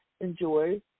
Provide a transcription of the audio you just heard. Enjoy